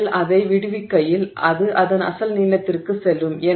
நீங்கள் அதை விடுவிக்கையில் அது அதன் அசல் நீளத்திற்குச் செல்லும்